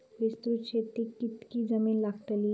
विस्तृत शेतीक कितकी जमीन लागतली?